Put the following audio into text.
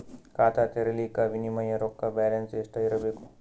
ಖಾತಾ ತೇರಿಲಿಕ ಮಿನಿಮಮ ರೊಕ್ಕ ಬ್ಯಾಲೆನ್ಸ್ ಎಷ್ಟ ಇರಬೇಕು?